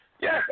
yes